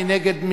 מי נגד,